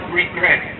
regret